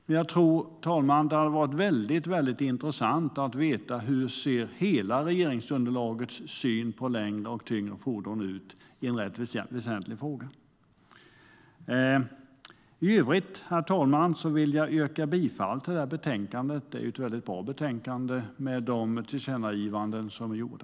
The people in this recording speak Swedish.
Men det hade varit väldigt intressant att få veta hur hela regeringsunderlagets syn på längre och tyngre fordon ser ut. Det är en ganska väsentlig fråga. I övrigt vill jag yrka bifall till förslaget i betänkandet. Det är ett bra betänkande, med tillkännagivandena.